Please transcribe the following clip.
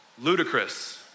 Ludicrous